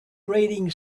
grating